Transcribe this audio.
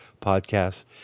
podcasts